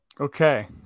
okay